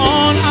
on